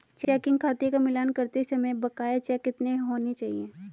Checking खाते का मिलान करते समय बकाया चेक कितने होने चाहिए?